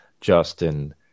Justin